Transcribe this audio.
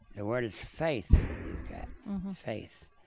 the word is faith. you've got faith.